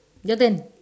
your turn